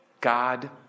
God